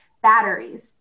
batteries